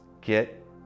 get